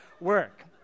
work